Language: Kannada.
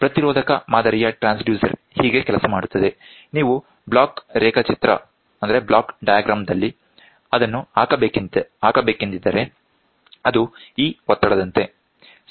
ಆದ್ದರಿಂದ ಪ್ರತಿರೋಧಕ ಮಾದರಿಯ ಟ್ರಾನ್ಸ್ಡ್ಯೂಸರ್ ಹೀಗೆ ಕೆಲಸ ಮಾಡುತ್ತದೆ ನೀವು ಬ್ಲಾಕ್ ರೇಖಾಚಿತ್ರದಲ್ಲಿ ಅದನ್ನು ಹಾಕಬೇಕೆಂದಿದ್ದರೆ ಅದು ಈ ಒತ್ತಡದಂತೆ ಸರಿ